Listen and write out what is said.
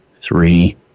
three